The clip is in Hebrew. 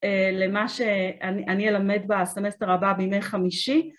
למה שאני אלמד בסמסטר הבא בימי חמישי.